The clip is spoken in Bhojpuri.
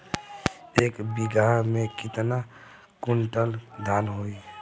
एक बीगहा में केतना कुंटल धान होई?